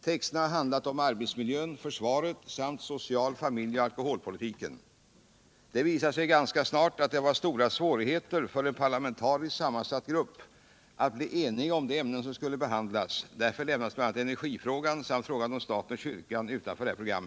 Texterna har handlat om arbetsmiljön, försvaret samt social-, familje och alkoholpolitiken. Det visade sig ganska snart att det var stora svårigheter för en parlamentariskt sammansatt grupp att bli enig om de ämnen som skulle behandlas. Därför lämnades bl.a. energifrågan samt frågan om staten och kyrkan utanför detta program.